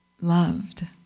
loved